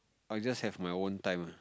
I just have my own time ah